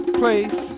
place